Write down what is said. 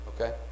Okay